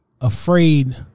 afraid